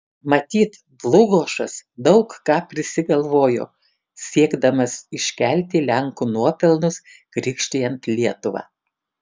matyt dlugošas daug ką prisigalvojo siekdamas iškelti lenkų nuopelnus krikštijant lietuvą